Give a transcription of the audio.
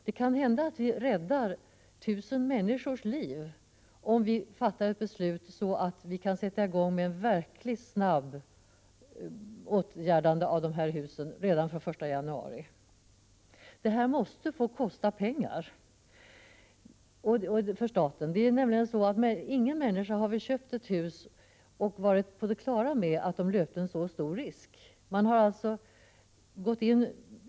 Det kan hända att vi räddar tusen människors liv om vi fattar beslut, så att vi kan sätta i gång ett verkligt snabbt åtgärdande av dessa hus redan från den 1 januari. Detta måste få kosta pengar för staten. Ingen människa har väl köpt ett hus och varit på det klara med att de löpte en så stor risk.